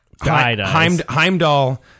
Heimdall